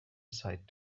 aside